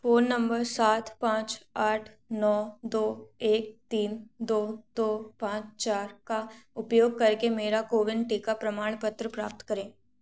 phone number सात पाँच आठ नौ दो एक तीन दो दो पाँच चार का उपयोग करके मेरा कोविन टीका प्रमाणपत्र प्राप्त करें